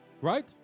Right